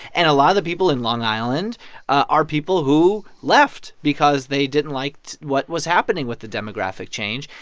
and a lot of the people in long island are people who left because they didn't like what was happening with the demographic change.